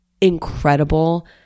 incredible